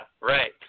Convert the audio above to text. right